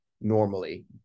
normally